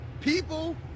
people